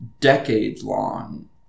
decades-long